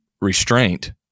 restraint